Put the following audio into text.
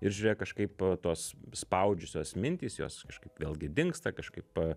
ir žiūrėk kažkaip tos spaudžiusios mintys jos kažkaip vėlgi dingsta kažkaip